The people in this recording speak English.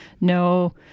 No